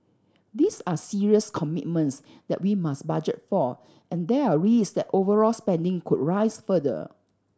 these are serious commitments that we must budget for and there are risks that overall spending could rise further